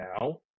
now